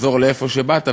תחזור לאיפה שבאת,